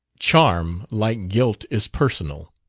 charm, like guilt, is personal.